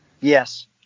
Yes